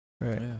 right